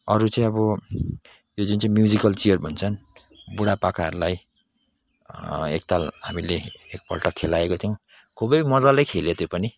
अरू चाहिँ अब यो जुन चाहिँ म्युजिकल चियर भन्छन् बुढापाकाहरूलाई एकताल हामीले एकपल्ट खेलाएको थियौँ खुबै मजाले खेले त्यो पनि